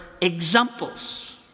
examples